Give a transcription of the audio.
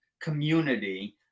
community